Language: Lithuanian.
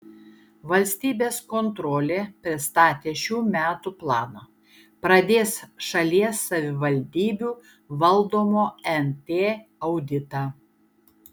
valstybės kontrolė pristatė šių metų planą pradės šalies savivaldybių valdomo nt auditą